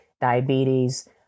diabetes